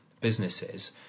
businesses